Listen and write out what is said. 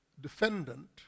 defendant